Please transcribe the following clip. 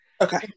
okay